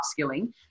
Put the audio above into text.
upskilling